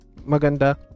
maganda